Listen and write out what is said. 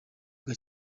bwa